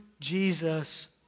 Jesus